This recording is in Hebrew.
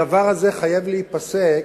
הדבר הזה חייב להיפסק,